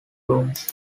rooms